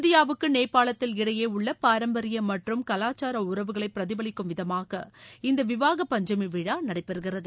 இந்தியாவுக்கு நேபாளத்தில் இடையே உள்ள பாரம்பரிய மற்றும் கலாசார உறவுகளை பிரதிபலிக்கும் விதமாக இந்த விவாக பஞ்சமி விழா நடைபெறுகிறது